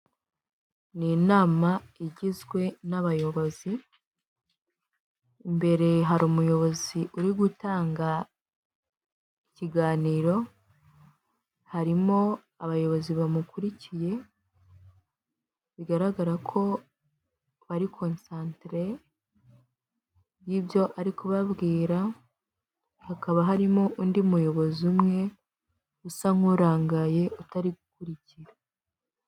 Ni inama igizwe n'abayobozi, imbere hari umuyobozi uri gutanga ikiganiro, harimo abayobozi bamukurikiye bigaragara ko bari konsatere y'ibyo ari kubabwira; hakaba harimo undi muyobozi umwe usa nk'urangaye utari gukurikira.